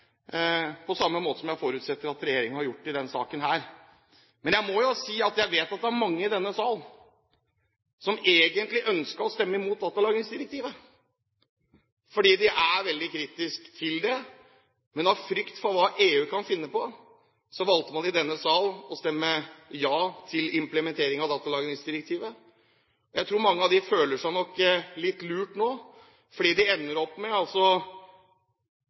er mange i denne sal som egentlig ønsket å stemme imot datalagringsdirektivet, fordi de er veldig kritiske til det. Men av frykt for hva EU kan finne på, valgte man i denne sal å stemme ja til implementering av datalagringsdirektivet. Jeg tror mange av dem nok føler seg litt lurt nå, fordi de ender opp med